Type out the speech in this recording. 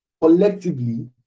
collectively